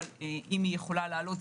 אבל אם היא יכולה לעלות,